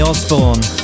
Osborne